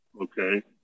Okay